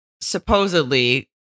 supposedly